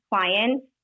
clients